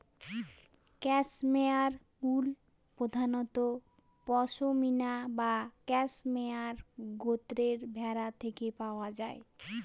cashmere wool প্রধানত পসমিনা বা cashmere গোত্রের ভেড়া থেকে পাওয়া যায়